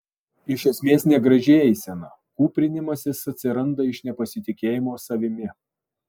iš esmės negraži eisena kūprinimasis atsiranda iš nepasitikėjimo savimi